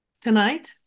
tonight